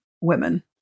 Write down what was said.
women